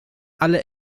alle